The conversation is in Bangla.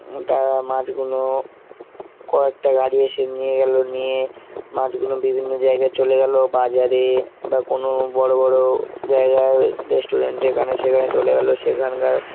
তারা মাছগুলো কয়েকটা গাড়ি এসে নিয়ে গেলো নিয়ে মাছগুলো বিভিন্ন জায়গায় চলে গেলো বাজারে বা কোনো বড়ো বড়ো জায়গায় রেস্টুরেন্ট এখানে সেখানে চলে গেলো সেখানকার